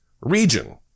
region